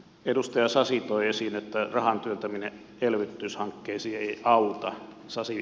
edustaja sasi toi esiin että rahan työntäminen elvytyshankkeisiin ei auta